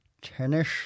Tennis